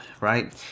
right